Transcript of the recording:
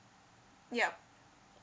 yup